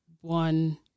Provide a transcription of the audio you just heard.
one